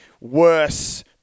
worse